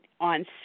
on